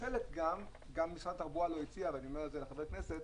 חלק משרד התחבורה לא הציע ואני אומר את זה לחברי הכנסת,